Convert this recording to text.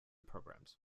programs